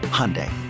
Hyundai